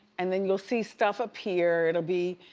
and then you'll see stuff appear. it'll be,